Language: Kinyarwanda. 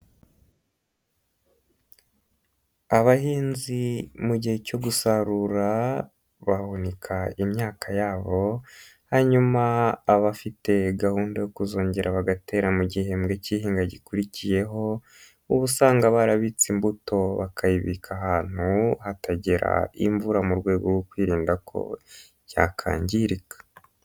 Abahinzi mu gihe cyo gusarura, bahunika imyaka yabo, hanyuma abafite gahunda yo kuzongera bagatera mu gihembwe k'ihinga gikurikiyeho, ubu usanga barabitse imbuto, bakayibika ahantu hatagera imvura mu rwego rwo kwirinda ko byakangirika.